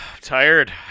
tired